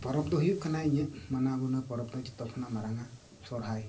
ᱯᱚᱨᱚᱵᱽ ᱫᱚ ᱦᱩᱭᱩᱜ ᱠᱟᱱᱟ ᱤᱧᱟᱹᱜ ᱢᱟᱱᱟᱣ ᱜᱩᱱᱟᱹᱣ ᱯᱚᱨᱚᱵᱽ ᱫᱚ ᱡᱚᱛᱚ ᱠᱷᱚᱱᱟᱜ ᱢᱟᱨᱟᱝᱟ ᱥᱚᱨᱦᱟᱭ